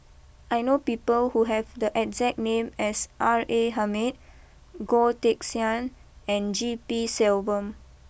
I know people who have the exact name as R A Hamid Goh Teck Sian and G P Selvam